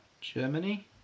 Germany